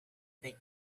big